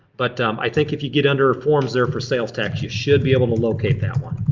but i think if you get under forms there for sales tax you should be able to locate that one.